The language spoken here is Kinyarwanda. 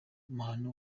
mahano